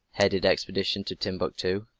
headed expedition to timbuctoo.